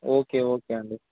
okay okay అండి